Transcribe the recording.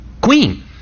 queen